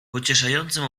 pocieszającym